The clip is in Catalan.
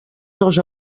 dos